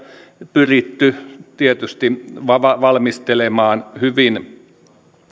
pyritty tietysti valmistelemaan hyvin